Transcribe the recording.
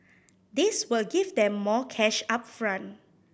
this will give them more cash up front